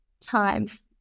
times